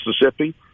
Mississippi